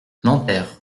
nanterre